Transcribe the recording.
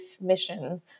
mission